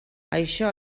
això